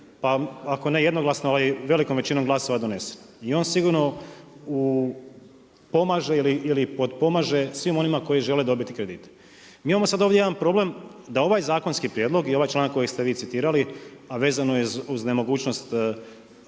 pa ako ne jednoglasno, velikom većinom glasova donesen. I on sigurno pomaže ili potpomaže svim onima koji ćele dobiti kredit. Mi imamo sada ovdje jedan problem, da ovaj zakonski prijedlog i ovaj članak koji ste vi citirali, a vezano je uz nemogućnost